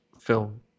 film